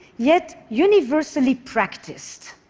yet universally practiced?